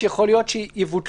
פרסום כאמור יכול שיהיה בעיתונים,